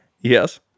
Yes